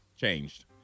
changed